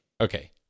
Okay